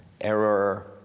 error